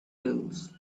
pills